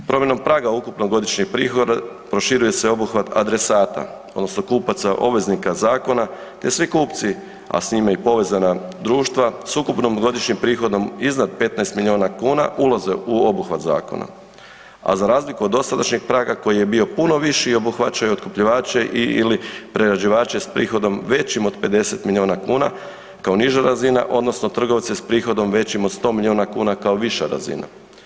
Promjenom praga ukupnog godišnjeg prihoda, proširuje se obuhvat adresata odnosno kupaca obveznika zakona t svi kupci a s njime i povezana društva s ukupnim godišnjim prihodom iznad 15 milijuna kn, ulaze u obuhvat zakona a za razliku od dosadašnjeg praga koji je bio puno viši i obuhvaća i otkupljivače i/ili prerađivače s prihodom većim od 50 milijuna kuna, kao niža razina odnosno trgovce s prihodom većim od 100 milijun kn kao viša razina.